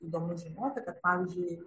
įdomu žinoti kad pavyzdžiui